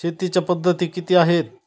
शेतीच्या पद्धती किती आहेत?